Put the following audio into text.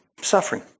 suffering